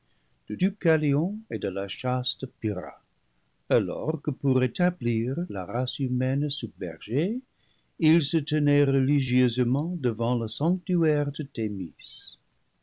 de deucalion et de la chaste pyrrha alors que pour rétablir la race humaine submergée ils se tenaient religieusement devant le sanctuaire de